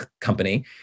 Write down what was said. company